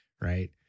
right